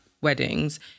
weddings